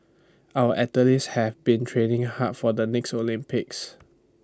our athletes have been training hard for the next Olympics